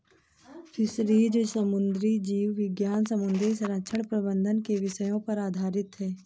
fisheries समुद्री जीव विज्ञान समुद्री संरक्षण प्रबंधन के विषयों पर आधारित है